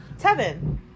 Tevin